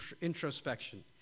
introspection